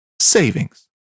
savings